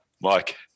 Mike